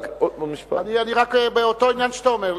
באותו עניין שאתה אומר.